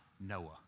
Noah